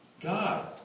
God